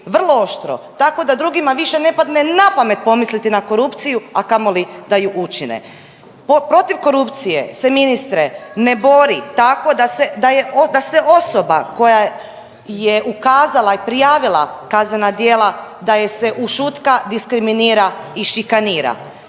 vrlo oštro tako da drugima više ne padne na pamet pomisliti na korupciju, a kamoli da ju učine. Protiv korupcije se ministre ne bori tako da se osoba koja je ukazala i prijavila kaznena djela da je se ušutka, diskriminira i šikanira.